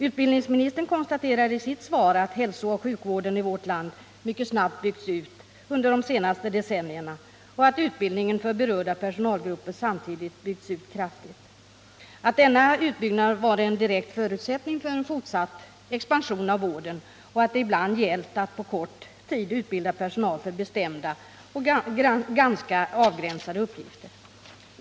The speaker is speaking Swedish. Utbildningsministern konstaterar i sitt svar att hälsooch sjukvården i vårt land mycket snabbt byggts ut under de senaste decennierna och att utbildningen för berörda personalgrupper samtidigt byggts ut kraftigt, att denna utbyggnad varit en direkt förutsättning för en fortsatt expansion av vården och att det ibland gällt att på kort tid utbilda personal för bestämda och ganska avgränsade uppgifter.